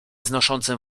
znoszącym